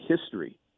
history